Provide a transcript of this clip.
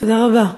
תודה רבה.